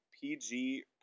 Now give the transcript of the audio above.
PG